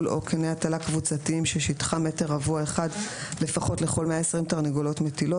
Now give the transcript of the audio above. או קני הטלה קבוצתיים ששטחם מטר רבוע אחד לפחות לכל 120 תרנגולות מטילות.